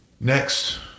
Next